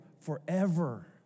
forever